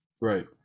Right